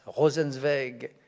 Rosenzweig